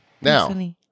now